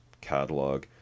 catalog